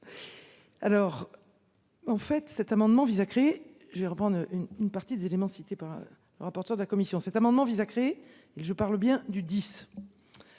Alors. En fait, cet amendement vise à créer. J'ai reprendre une partie des éléments cités par le rapporteur de la commission, cet amendement vise à créer et je parle bien du 10.